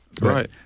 Right